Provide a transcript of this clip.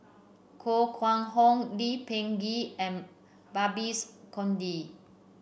koh Kguang Hong Lee Peh Gee and Babes Conde